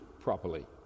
properly